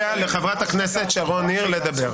כי עכשיו התור של חברת הכנסת שרון ניר לדבר.